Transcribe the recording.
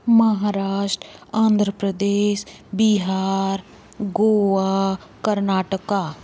Maharashtra Andhra Pradesh Bihar Goa Karnataka